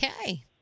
Okay